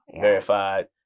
verified